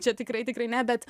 čia tikrai tikrai ne bet